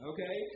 Okay